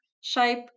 shape